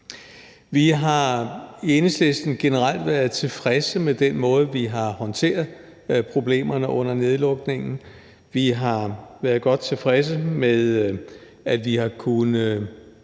Vi har i Enhedslisten generelt været tilfredse med den måde, vi har håndteret problemerne på under nedlukningerne. Vi har været godt tilfredse med, at vi har kunnet